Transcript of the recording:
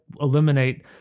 eliminate